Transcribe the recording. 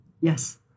Yes